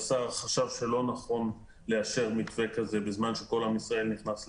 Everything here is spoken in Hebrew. השר חשב שלא נכון לאשר מתווה כזה בזמן שכל עם ישראל נכנס לסגר.